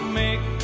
make